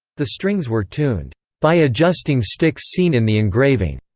the strings were tuned by adjusting sticks seen in the engraving.